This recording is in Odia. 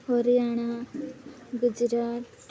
ହରିୟାଣା ଗୁଜୁରାଟ